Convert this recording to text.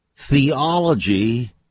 Theology